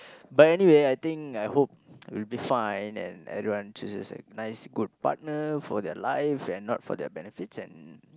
but anyway I think I hope we'll be fine and everyone chooses a nice good partner for their life and not for their benefits and